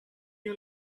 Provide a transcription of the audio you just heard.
you